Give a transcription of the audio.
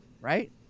Right